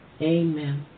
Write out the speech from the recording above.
Amen